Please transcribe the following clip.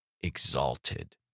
exalted